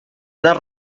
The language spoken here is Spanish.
unas